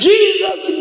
Jesus